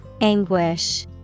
Anguish